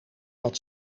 wat